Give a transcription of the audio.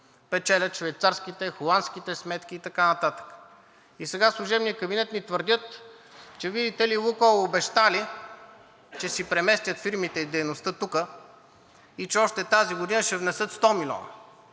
печелят швейцарските, холандските сметки и така нататък. Служебният кабинет твърди, че видите ли, „Лукойл“ обещали, че ще си преместят фирмите и дейността тук и че още тази година ще внесат 100 милиона.